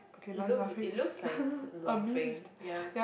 it looks it looks likes a lot of fin ya